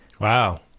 wow